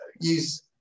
use